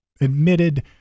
Admitted